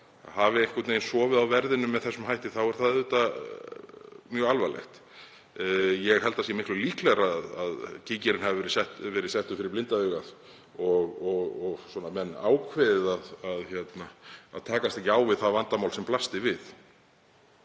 hafi einhvern veginn sofið á verðinum þá er það auðvitað mjög alvarlegt. Ég held að það sé miklu líklegra að kíkirinn hafi verið settur fyrir blinda augað og menn ákveðið að takast ekki á við það vandamál sem blasti við.